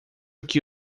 que